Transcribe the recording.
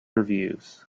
reviews